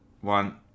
one